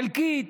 חלקית,